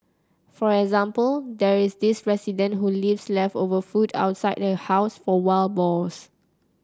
for example there is this resident who leaves leftover food outside her house for wild boars